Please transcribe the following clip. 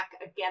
again